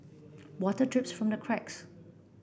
water drips from the cracks